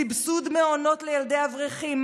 סבסוד מעונות לילדי אברכים,